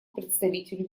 представителю